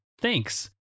thanks